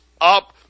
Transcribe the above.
up